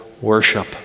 worship